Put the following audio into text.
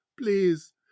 please